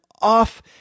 off